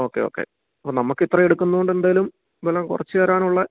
okay okay അപ്പോൾ നമുക്ക് അത്രയുമെടുക്കുന്നതു കൊണ്ട് എന്തേലും വല്ലോം കുറച്ച് തരാനുള്ള